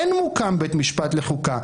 אין מוקם בית משפט לחוקה,